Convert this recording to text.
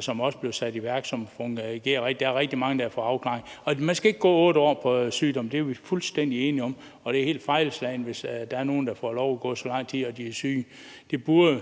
som også blev sat i værk. Der er rigtig mange, der har fået afklaring. Og man skal ikke gå i det system i 8 år med sygdom, det er vi fuldstændig enige i. Og det er helt fejlslagent, hvis der er nogle, der får lov til at gå syge så lang tid. Det burde